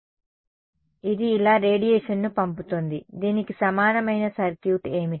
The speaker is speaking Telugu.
కాబట్టి ఇది ఇలా రేడియేషన్ను పంపుతోంది దీనికి సమానమైన సర్క్యూట్ ఏమిటి